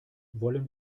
wollen